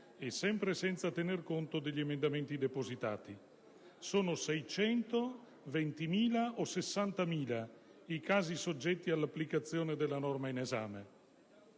(e sempre senza tener conto degli emendamenti depositati). Sono 600, 20.000 o 60.000 i casi soggetti all'applicazione della norma in esame?